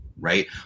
right